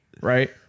Right